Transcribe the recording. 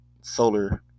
solar